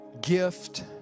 Gift